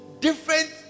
different